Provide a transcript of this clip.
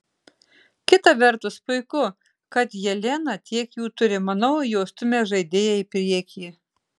kita vertus puiku kad jelena tiek jų turi manau jos stumia žaidėją į priekį